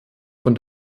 von